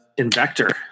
invector